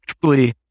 truly